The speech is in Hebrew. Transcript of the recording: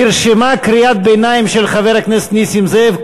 נרשמה קריאת ביניים של חבר הכנסת נסים זאב,